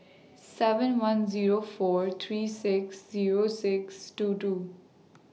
seven one Zero four three six Zero six two two